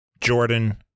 Jordan